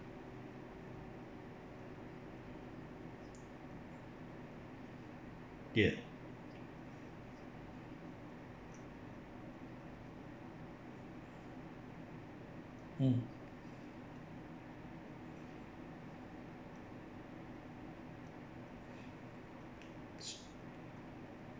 ya um